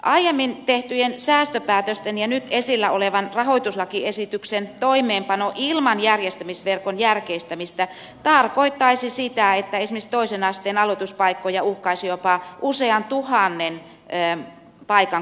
aiemmin tehtyjen säästöpäätösten ja nyt esillä olevan rahoituslakiesityksen toimeenpano ilman järjestämisverkon järkeistämistä tarkoittaisi sitä että esimerkiksi toisen asteen aloituspaikkoja uhkaisi jopa usean tuhannen paikan karsinta